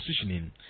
positioning